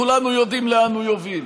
כולנו יודעים לאן הוא יוביל,